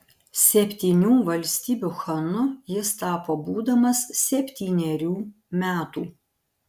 septynių valstybių chanu jis tapo būdamas septynerių metų